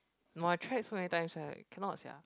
no I tried so many times like cannot sia